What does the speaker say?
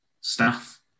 staff